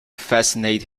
fascinate